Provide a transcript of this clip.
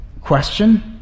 question